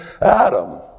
Adam